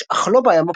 אך לא בים הפתוח.